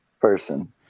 person